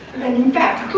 and in fact,